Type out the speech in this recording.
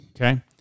Okay